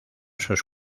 sus